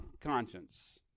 conscience